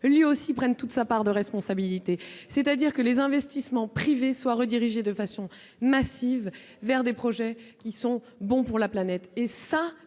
lui aussi, prenne toute sa part de responsabilité. Il importe que les investissements privés soient redirigés de façon massive vers des projets qui sont bons pour la planète. C'est